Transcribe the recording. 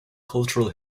cultural